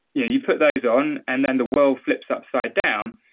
yeah you put those on, and then the world flips upside down,